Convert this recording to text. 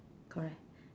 correct